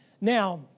Now